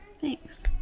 Thanks